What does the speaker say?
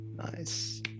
Nice